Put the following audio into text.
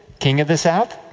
king of the south.